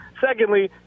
Secondly